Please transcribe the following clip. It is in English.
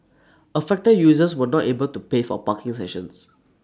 affected users were not able to pay for parking sessions